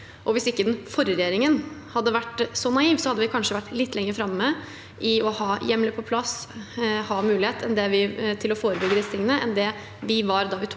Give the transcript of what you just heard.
Hvis ikke den forrige regjeringen hadde vært så naiv, hadde vi kanskje vært litt lenger framme i å ha hjemler på plass – ha mulighet til å forebygge de tingene – enn man var da vi tok